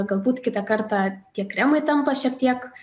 galbūt kitą kartą tie kremai tampa šiek tiek